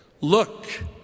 Look